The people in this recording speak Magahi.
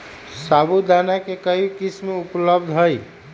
साबूदाना के कई किस्म उपलब्ध हई